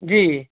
ਜੀ